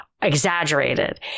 exaggerated